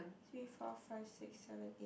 three four five six seven eight